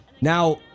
now